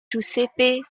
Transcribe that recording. giuseppe